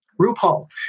RuPaul